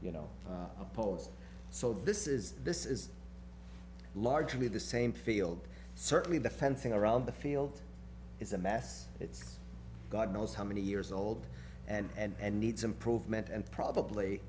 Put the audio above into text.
you know opposed so this is this is largely the same failed certainly the fencing around the field is a mess it's god knows how many years old and needs improvement and probably